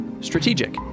strategic